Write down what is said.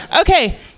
Okay